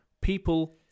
people